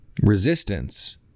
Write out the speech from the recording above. Resistance